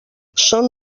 són